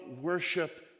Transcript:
worship